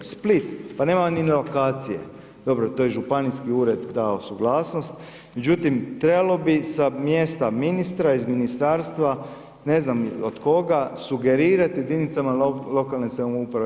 Split, pa nema ni lokacije, dobro to je županijski ured dao suglasnost, međutim, trebalo bi sa mjesta Ministra iz Ministarstva ne znam od koga sugerirati jedinicama lokalne samouprave.